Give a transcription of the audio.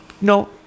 No